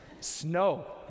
Snow